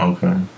Okay